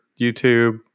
YouTube